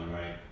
right